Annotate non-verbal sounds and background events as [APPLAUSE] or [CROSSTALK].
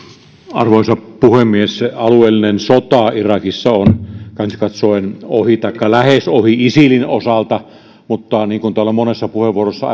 arvoisa puhemies alueellinen sota irakissa on käytännöllisesti katsoen ohi taikka lähes ohi isilin osalta mutta niin kuin täällä on monessa puheenvuorossa [UNINTELLIGIBLE]